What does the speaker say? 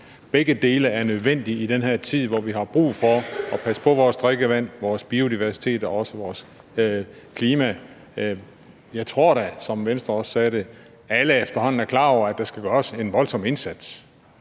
Begge dele er nødvendige i den her tid, hvor vi har brug for at passe på vores drikkevand, vores biodiversitet og også vores klima. Jeg tror da, som Venstres ordfører også sagde det, at alle efterhånden er klar over, at der skal gøres en voldsom indsats.